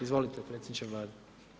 Izvolite predsjedniče Vlade.